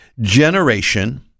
generation